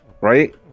right